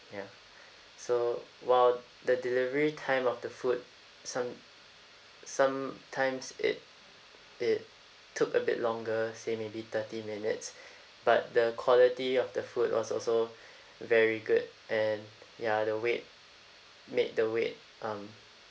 ya so while the delivery time of the food some sometimes it it took a bit longer say maybe thirty minutes but the quality of the food was also very good and ya the wait made the wait um